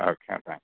okay అండి thank you